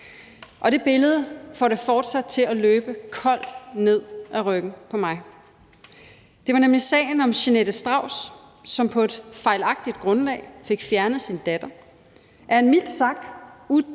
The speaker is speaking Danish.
Og det billede får det fortsat til at løbe koldt ned ad ryggen på mig. Det var nemlig sagen om Jeanette Strauss, som på et fejlagtigt grundlag fik fjernet sin datter på grund af en mildt sagt uduelig